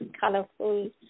colorful